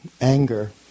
anger